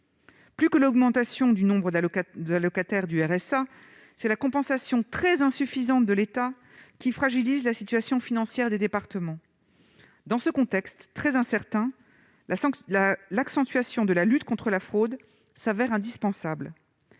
Plus que l'augmentation du nombre d'allocataires du RSA, c'est la compensation très insuffisante de l'État qui fragilise la situation financière des départements. Dans ce contexte très incertain, l'accentuation de la lutte contre la fraude s'avère indispensable.